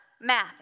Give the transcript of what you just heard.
math